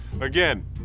again